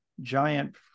giant